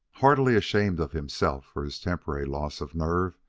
heartily ashamed of himself for his temporary loss of nerve,